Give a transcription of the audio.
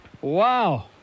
Wow